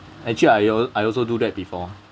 actually I al~ I also do that before